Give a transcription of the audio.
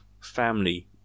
family